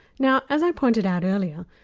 now as i pointed out earlier,